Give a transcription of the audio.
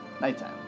Nighttime